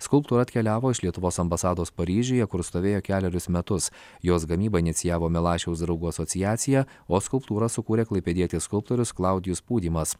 skulptūra atkeliavo iš lietuvos ambasados paryžiuje kur stovėjo kelerius metus jos gamybą inicijavo milašiaus draugų asociacija o skulptūrą sukūrė klaipėdietis skulptorius klaudijus pūdymas